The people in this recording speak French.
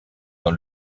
dans